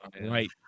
Right